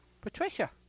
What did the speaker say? Patricia